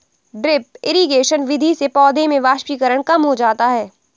drip irrigation विधि से पौधों में वाष्पीकरण कम हो जाता है